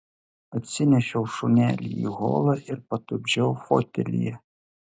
atsinešiau šunelį į holą ir patupdžiau fotelyje